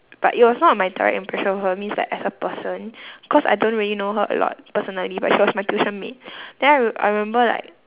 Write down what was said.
but it was not my direct impression of her means like as a person cause I don't really know her a lot personally but she was my tuition mate then I re~ I remember like